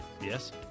Yes